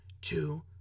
two